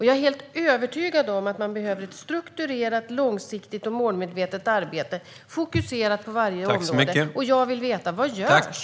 Jag är helt övertygad om att man behöver ett strukturerat, långsiktigt och målmedvetet arbete fokuserat på varje område. Jag vill veta vad som görs.